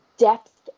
Depth